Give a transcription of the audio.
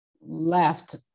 left